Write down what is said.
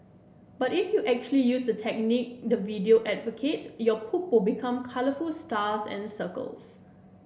but if you actually use the technique the video advocates your poop will become colourful stars and circles